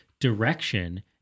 direction